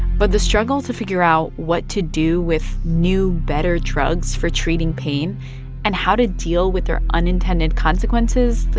but the struggle to figure out what to do with new, better drugs for treating pain and how to deal with their unintended consequences like,